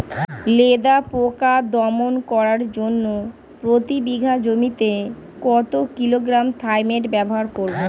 লেদা পোকা দমন করার জন্য প্রতি বিঘা জমিতে কত কিলোগ্রাম থাইমেট ব্যবহার করব?